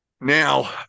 now